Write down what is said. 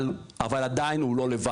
אבל עדיין הוא לא לבד,